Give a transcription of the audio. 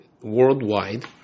worldwide